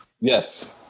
Yes